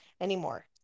anymore